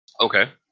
Okay